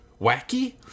wacky